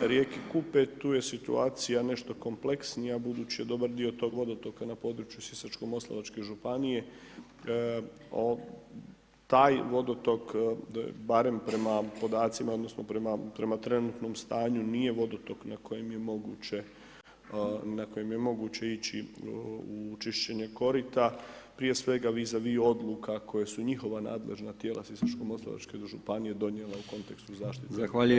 rijeke Kupe, tu je situacija nešto kompleksnija budući je dobar dio tog vodotoka na području sisačko moslavačke županije, taj vodotok, barem prema podacima odnosno prema trenutnom stanju, nije vodotok na kojem je moguće ići u čišćenje korita prije svega, viza vi odluka koja su njihova nadležna tijela sisačko moslavačke županije donijela u kontekstu zaštite [[Upadica: Zahvaljujem]] [[Govornik se ne čuje]] , hvala lijepo.